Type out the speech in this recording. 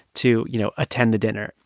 to, you know, attend the dinner.